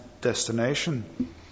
destination